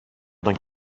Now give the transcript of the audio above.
τον